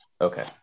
okay